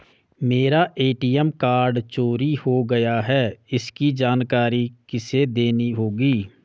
मेरा ATM card चोरी हो गया है इसकी जानकारी किसे देनी होगी?